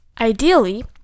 Ideally